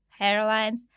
hairlines